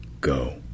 go